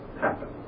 happen